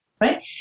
right